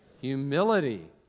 humility